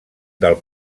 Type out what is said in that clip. del